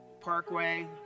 Parkway